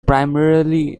primarily